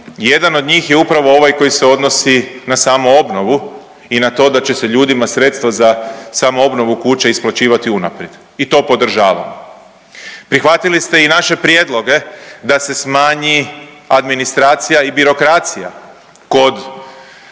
jedan od njih je upravo ovaj koji se odnosi na samoobnovu i na to da će se ljudima sredstva za samoobnovu kuća isplaćivati unaprijed. I to podržavamo. Prihvatili ste i naše prijedloge da se smanji administracija i birokracija kod,